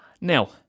now